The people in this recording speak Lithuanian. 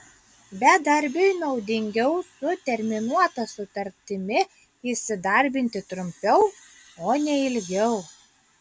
bedarbiui naudingiau su terminuota sutartimi įsidarbinti trumpiau o ne ilgiau